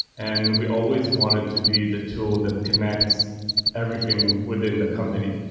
and we always wanted to be the tool that connects everything within the company.